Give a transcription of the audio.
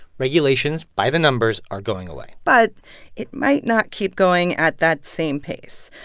regulations, by the numbers, are going away but it might not keep going at that same pace.